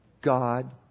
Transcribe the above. God